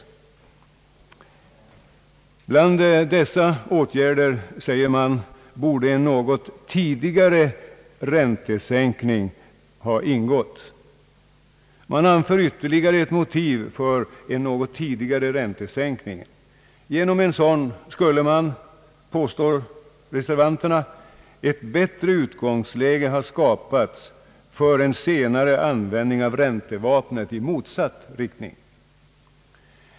Bland dessa åtgärder borde en något tidigare räntesänkning ha ingått.> Man anför ytterligare ett motiv för en något tidigare räntesänkning. Genom en sådan skulle, påstår reservanterna, »——— ett bättre utgångsläge ha skapats för en senare användning av räntevapnet i motsatt riktning».